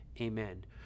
amen